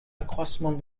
accroissement